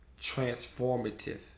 transformative